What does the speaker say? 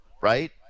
right